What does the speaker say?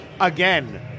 again